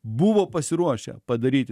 buvo pasiruošę padaryti